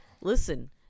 listen